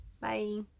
Bye